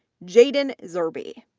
jaden zerbe,